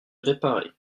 réparée